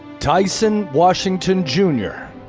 tyson washington, jnr.